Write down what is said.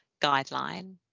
guideline